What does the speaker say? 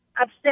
upset